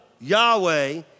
Yahweh